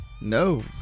No